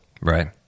right